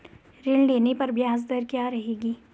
ऋण लेने पर ब्याज दर क्या रहेगी?